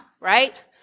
right